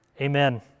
amen